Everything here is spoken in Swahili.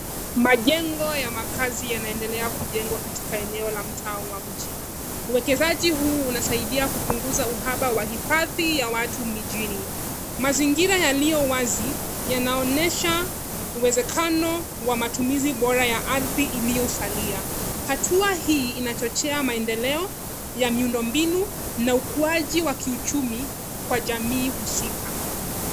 Majengo ya makazi yanaendelea kujengwa katika eneo la mtaa wa mjini. Uwekezaji huu unasaidia kupunguza uhaba wa hifadhi ya watu mijini. Mazingira yaliyo wazi yanaonyesha uwezekano ya matumizi bora ya ardhi iliyosalia .Hatua hii inachochea maendeleo ya miundo mbinu na ukuwaji wa kiuchumi kwa jamii husika.